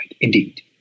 indeed